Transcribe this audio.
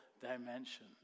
dimension